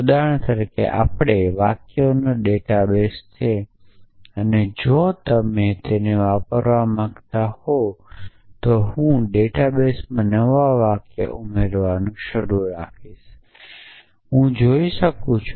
ઉદાહરણ તરીકે આપણો વાક્યોનો ડેટા બેઝ છે અને જો તમે તેને વાપરવા માંગતા હોવ તો હું ડેટા બેઝમાં નવા વાક્યો ઉમેરવાનું શરૂ રાખી શકું છું